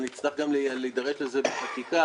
היום יום שני, י"ח בכסלו